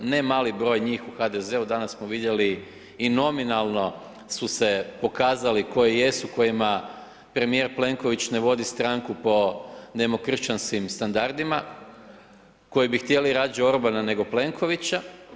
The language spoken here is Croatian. Ne mali broj njih u HDZ-u danas smo vidjeli i nominalno su se pokazali koji jesu, kojima premijer Plenković ne vodi stranku po demokršćanskim standardima koji bi htjeli radije Orbana nego Plenkovića.